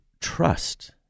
trust